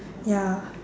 ya